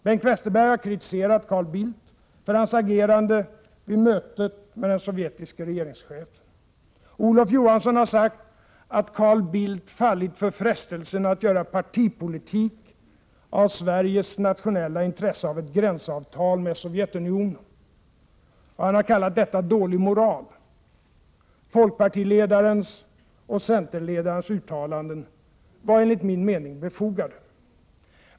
Bengt Westerberg har kritiserat Carl Bildt för hans agerande vid mötet med den sovjetiske regeringschefen. Olof Johansson har sagt att Carl Bildt fallit för frestelsen att göra partipolitik av Sveriges nationella intresse av ett gränsavtal med Sovjetunionen, och han har kallat detta dålig moral. Folkpartiledarens och centerledarens uttalanden var enligt min mening befogade.